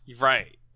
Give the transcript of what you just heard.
Right